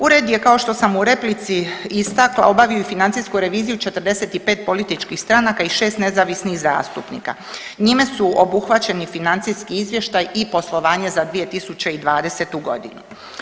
Ured je kao što sam u replici istakla obavio i financijsku reviziju 45 političkih stranaka i 6 nezavisnih zastupnika, njime su obuhvaćeni financijski izvještaj i poslovanje za 2020.g.